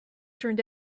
turned